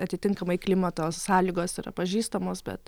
atitinkamai klimato sąlygos yra pažįstamos bet